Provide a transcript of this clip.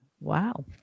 Wow